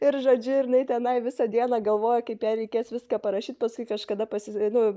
ir žodžiu ir jinai tenai visą dieną galvojo kaip jai reikės viską parašyt paskui kažkada pasi nu